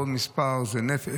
כל מספר זה נפש,